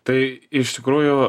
tai iš tikrųjų